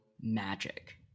magic